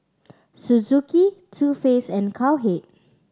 Suzuki Too Faced and Cowhead